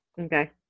okay